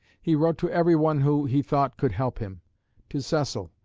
he wrote to every one who, he thought, could help him to cecil,